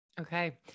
Okay